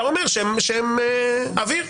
אתה אומר שהם אוויר.